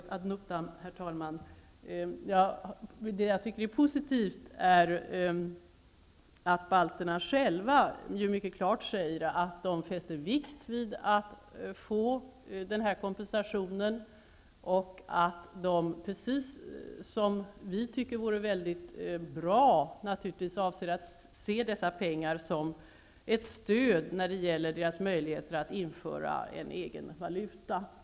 Herr talman! Det är taget ad notam. Vad jag tycker är positivt är att balterna själva mycket klart säger att de fäster vikt vid att få den här kompensationen och att de, vilket vi naturligtvis tycker är mycket bra, avser att se dessa pengar som ett stöd när det gäller deras möjligheter att införa en egen valuta.